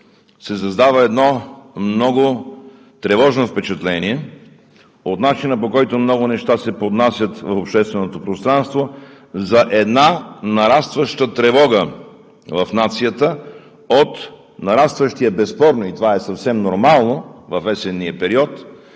се създава едно много тревожно впечатление от начина, по който много неща се поднасят в общественото пространство за една нарастваща тревога в нацията от нарастващо, безспорно – и това е съвсем нормално в есенния период